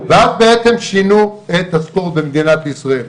ואז בעצם שינו את הספורט במדינת ישראל.